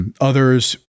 Others